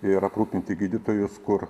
ir aprūpinti gydytojus kur